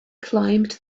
climbed